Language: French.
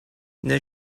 n’ai